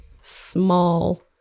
small